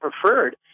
preferred